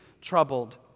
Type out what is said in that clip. troubled